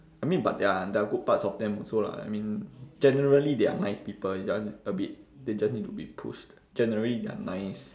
I mean but there are there are good parts of them also lah I mean generally they are nice people it's just a bit they just need to be pushed generally they are nice